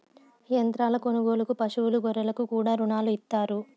యంత్రాల కొనుగోలుకు పశువులు గొర్రెలకు కూడా రుణాలు ఇత్తారు